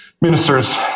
ministers